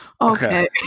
Okay